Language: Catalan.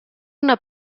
una